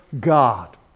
God